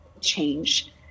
change